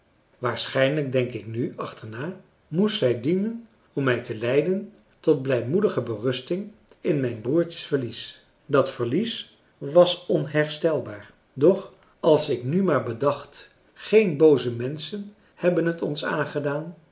waarschijnlijk denk ik nu achterna moest zij dienen om mij te leiden tot blijmoedige berusting in mijn broertjes verlies dat verlies was onherstelbaar doch als ik nu maar bedacht geen booze menschen hebben het ons aangedaan